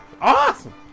Awesome